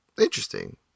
interesting